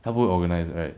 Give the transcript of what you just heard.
他不会 organize right